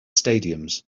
stadiums